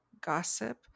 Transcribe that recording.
gossip